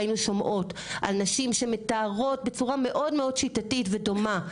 היינו שומעות על נשים שמתארות בצורה מאוד מאוד שיטתית ודומה,